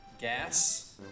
gas